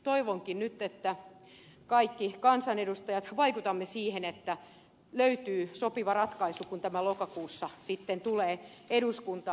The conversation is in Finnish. toivonkin nyt että kaikki kansanedustajat vaikutamme siihen että löytyy sopiva ratkaisu kun tämä lokakuussa sitten tulee eduskuntaan